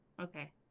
Okay